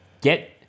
get